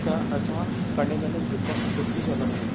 त असां कॾहिं कॾहिं झुकी सघंदा आहियूं